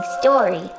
Story